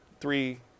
three